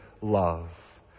love